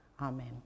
Amen